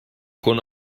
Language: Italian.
con